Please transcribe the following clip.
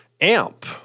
AMP